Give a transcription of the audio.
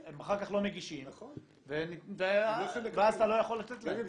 הם אחר כך לא מגישים ואז אתה לא יכול לתת להם.